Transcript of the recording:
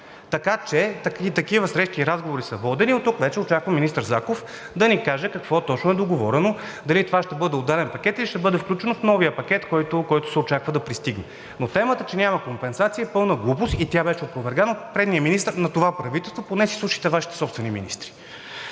Така че такива срещи и разговори са водени. Оттук вече очаквам министър Заков да ни каже какво точно е договорено – дали това ще бъде отделен пакет, или ще бъде включено в новия пакет, който се очаква да пристигне? Но темата, че няма компенсации, е пълна глупост и тя беше опровергана от предния министър на това правителство – поне си слушайте Вашите собствени министри.